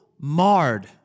marred